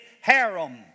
harem